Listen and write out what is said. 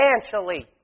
substantially